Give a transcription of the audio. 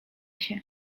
się